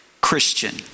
Christian